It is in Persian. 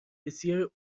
بسیاری